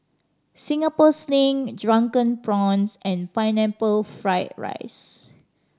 Singapore Sling Drunken Prawns and Pineapple Fried rice